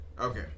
Okay